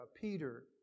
Peter